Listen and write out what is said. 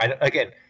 Again